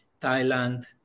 Thailand